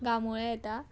गांमोळे येता